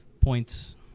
points